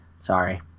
Sorry